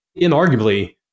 inarguably